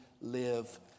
live